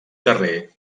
carrer